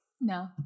No